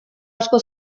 asko